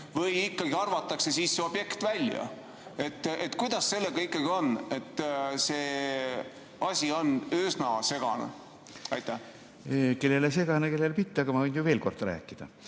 Või ikkagi arvatakse siis see objekt välja? Kuidas sellega ikkagi on? See asi on üsna segane. Kellele segane, kellele mitte. Aga ma võin ju veel kord rääkida.